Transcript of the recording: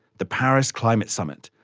the paris climate summit,